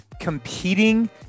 competing